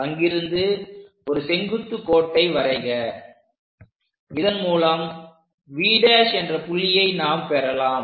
அங்கிருந்து ஒரு செங்குத்து கோட்டை வரைக இதன் மூலம் V' என்ற புள்ளியை நாம் பெறலாம்